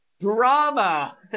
drama